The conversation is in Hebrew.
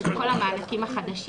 שזה כל המענקים החדשים,